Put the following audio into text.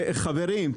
חברים,